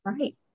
right